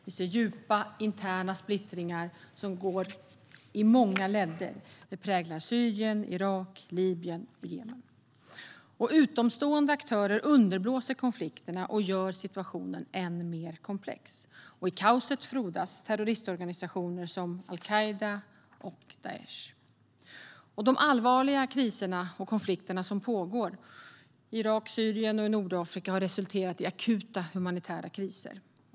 Vi ser djupa interna splittringar som går på många ledder. Det präglar Syrien, Irak, Libyen och Jemen. Utomstående aktörer underblåser konflikterna och gör situationen ännu mer komplex. I kaoset frodas terroristorganisationer som al-Qaida och Daish. De allvarliga kriser och konflikter som pågår i Irak, Syrien och Nordafrika har resulterat i akuta humanitära kriser.